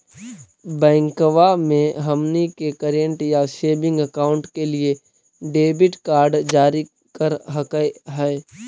बैंकवा मे हमनी के करेंट या सेविंग अकाउंट के लिए डेबिट कार्ड जारी कर हकै है?